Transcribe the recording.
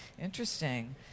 Interesting